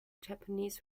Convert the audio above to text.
japanese